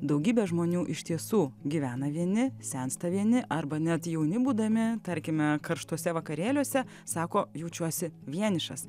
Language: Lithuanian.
daugybė žmonių iš tiesų gyvena vieni sensta vieni arba net jauni būdami tarkime karštuose vakarėliuose sako jaučiuosi vienišas